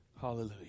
Hallelujah